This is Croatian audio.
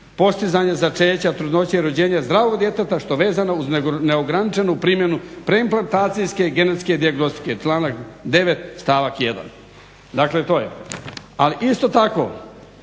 postizanje začeća trudnoće rođenja zdravog djeteta što vezano uz neograničenu primjenu preinplantacijske genetske dijagnostike, članak 9. stavak 1. Ali isto tako